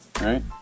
Right